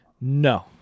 No